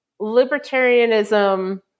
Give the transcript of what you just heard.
libertarianism